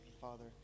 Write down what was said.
Father